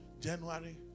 January